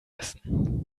essen